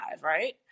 right